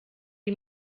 die